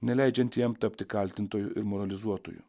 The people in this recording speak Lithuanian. neleidžianti jam tapti kaltintoju ir moralizuotoju